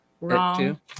wrong